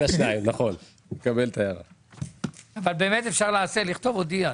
אבל באמת אפשר לכתוב הודיע.